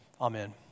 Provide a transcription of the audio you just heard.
amen